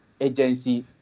agency